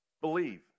Believe